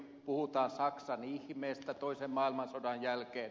puhutaan saksan ihmeestä toisen maailmansodan jälkeen